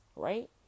Right